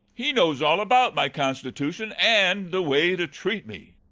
he knows all about my constitution, and the way to treat me.